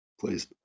Please